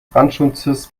brandschutzes